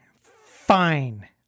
Fine